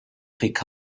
pick